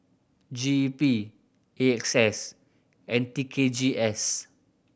G E P A X S and T K G S